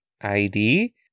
ID